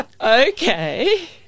okay